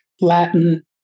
Latin